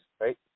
right